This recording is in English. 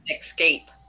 escape